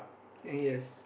yes